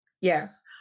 Yes